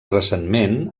recentment